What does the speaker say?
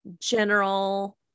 general